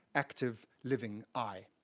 active, living i.